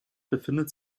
befindet